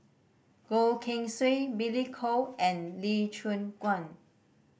Goh Keng Swee Billy Koh and Lee Choon Guan